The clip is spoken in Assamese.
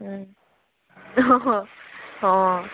ওম হ হ অ